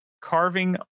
carving